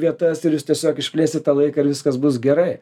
vietas ir jūs tiesiog išplėsit tą laiką ir viskas bus gerai